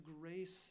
grace